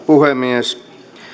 puhemies